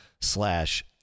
slash